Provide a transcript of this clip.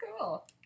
Cool